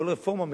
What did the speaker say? כל רפורמה,